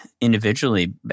individually